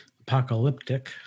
apocalyptic